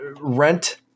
rent